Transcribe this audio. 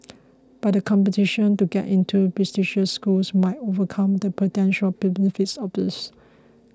but the competition to get into prestigious schools might overcome the potential benefits of this